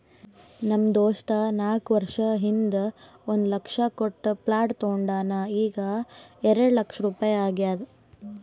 ನಮ್ ದೋಸ್ತ ನಾಕ್ ವರ್ಷ ಹಿಂದ್ ಒಂದ್ ಲಕ್ಷ ಕೊಟ್ಟ ಪ್ಲಾಟ್ ತೊಂಡಾನ ಈಗ್ಎರೆಡ್ ಲಕ್ಷ ರುಪಾಯಿ ಆಗ್ಯಾದ್